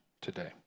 today